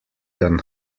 than